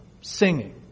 singing